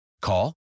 Call